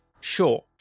sure